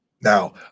Now